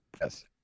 Yes